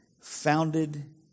founded